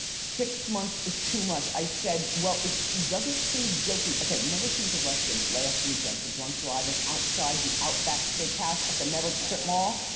six months is too much, i said, well if she doesn't plead guilty, okay, remember she was arrested last weekend for drunk driving outside the outback steakhouse at the merrick strip mall?